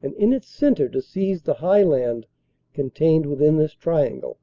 and in its centre to seize the high land contained within this triangle.